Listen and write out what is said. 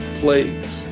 plagues